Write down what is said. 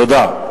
תודה.